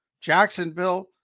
Jacksonville